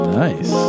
nice